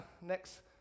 next